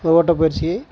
ஓட்டப்பயிற்சியை